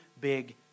big